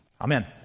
Amen